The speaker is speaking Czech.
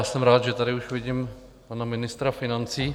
Jsem rád, že tady už vidím pana ministra financí.